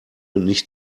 nicht